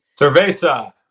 Cerveza